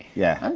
yeah.